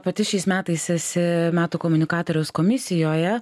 pati šiais metais esi metų komunikatoriaus komisijoje